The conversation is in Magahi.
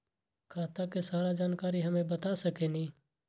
खाता के सारा जानकारी हमे बता सकेनी?